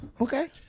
Okay